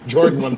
Jordan